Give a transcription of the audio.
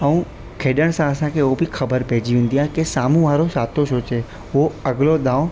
ऐं खेॾण सां असांखे उहो बि ख़बर पइजी जंहिं महिल वेंदी आहे के साम्हूं वारो छा थो सोचे ुहो अॻिलो दाउ